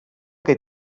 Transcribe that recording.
que